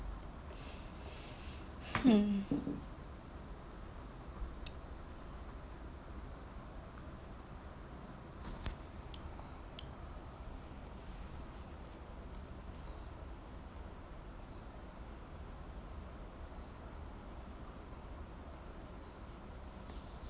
hmm